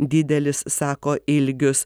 didelis sako ilgius